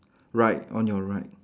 right on your right